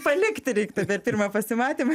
palikti reiktų per pirmą pasimatymą